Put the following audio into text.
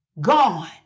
gone